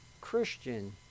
Christian